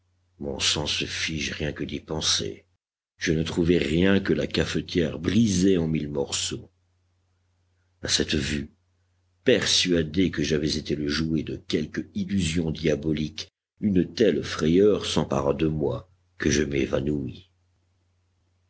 mon sang se fige rien que d'y penser je ne trouvai rien que la cafetière brisée en mille morceaux à cette vue persuadé que j'avais été le jouet de quelque illusion diabolique une telle frayeur s'empara de moi que je m'évanouis